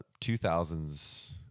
2000s